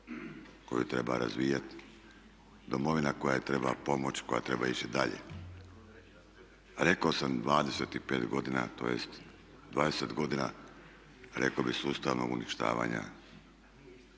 koju treba razvijati, Domovina kojoj treba pomoći, koja treba ići dalje. Rekao sam 25 godina tj. 20 godina rekao bih sustavnog uništavanja